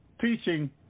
teaching